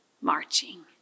marching